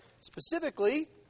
specifically